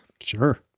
Sure